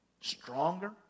stronger